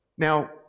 Now